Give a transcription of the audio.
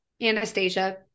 Anastasia